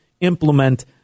implement